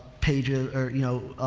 pages, or you know,